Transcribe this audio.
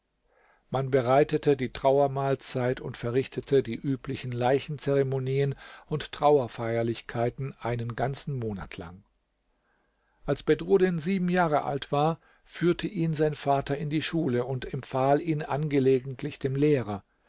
man bereitete die trauermahlzeit und verrichtete die üblichen leichen zeremonien und trauerfeierlichkeiten einen ganzen monat lang als bedruddin sieben jahre alt war führte ihn sein vater in die schule und empfahl ihn angelegentlich dem lehrer